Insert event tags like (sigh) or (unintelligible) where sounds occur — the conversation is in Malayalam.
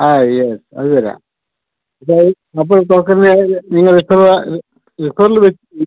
ആ യേസ് അത് തരാം (unintelligible) അപ്പോൾ ടോക്കണിന് നിങ്ങൾ എത്ര രൂപ (unintelligible)